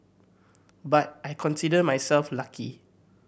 but I consider myself lucky